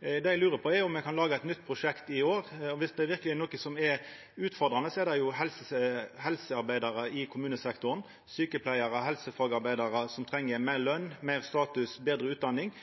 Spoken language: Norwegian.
Det eg lurer på, er om me kan laga eit nytt prosjekt i år. Om det verkeleg er noko som er utfordrande, er det helsearbeidarane i kommunesektoren – sjukepleiarar og helsefagarbeidarar som treng meir løn, høgre status og betre utdanning.